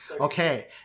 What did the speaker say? okay